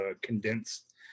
condensed